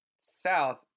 South